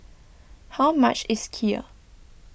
how much is Kheer